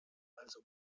also